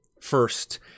First